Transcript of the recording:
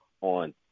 on